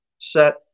set